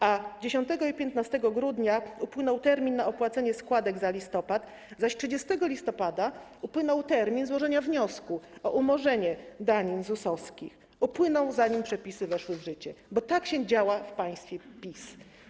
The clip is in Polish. A 10 i 15 grudnia upłynął termin opłacenia składek za listopad, zaś 30 listopada upłynął termin złożenia wniosków o umorzenie danin ZUS-owskich, upłynął, zanim przepisy weszły w życie, bo tak się działa w państwie PiS.